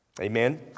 Amen